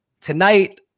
tonight